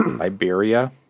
Iberia